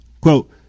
Quote